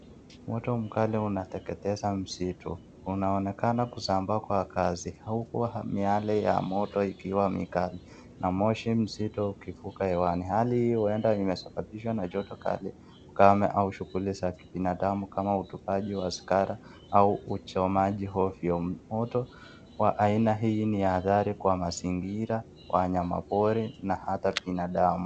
Moto mkali unateketeza msitu, unaonekana kusambaa kwa kasi huku miale ya moto ikiwa mikali na moshi mzito ukivuka hewani. Hali hii huenda imesababishwa na joto kali, ukame au shughuli za kibinadamu kama utupaji wa sigara au uchomaji ovyo, moto wa aina hii ni hatari kwa mazingira, wanyama pori na hata binadamu.